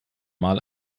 mal